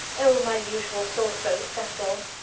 oh, my usual sore throats, that's all.